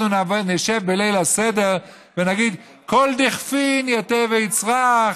אנחנו נשב בליל הסדר ונגיד: כל דכפין ייתי ויצרך,